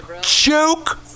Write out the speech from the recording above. Joke